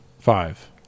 five